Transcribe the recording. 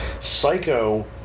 Psycho